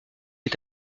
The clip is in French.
est